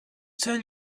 tell